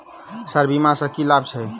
Sir बीमा सँ की लाभ छैय?